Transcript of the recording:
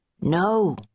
No